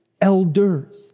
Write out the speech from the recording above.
elders